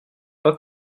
pas